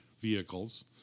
vehicles